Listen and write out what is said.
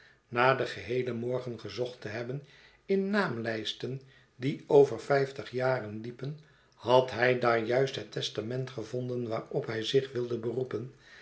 na den geheelen morgen gezocht te hebben in naamlijsten die over vijftig jaren liepen had hij daar juist het testament gevonden waarop hij zich wilde beroepen